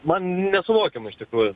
man nesuvokiama iš tikrųjų